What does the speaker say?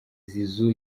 zizou